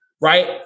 right